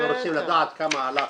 אנחנו רוצים לדעת כמה הלחץ.